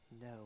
no